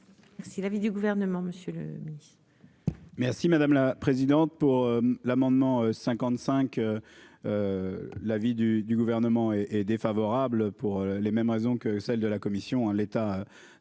Merci madame la présidente pour l'amendement 55. La vie du, du gouvernement et est défavorable pour les mêmes raisons que celles de la commission,